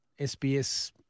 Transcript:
SBS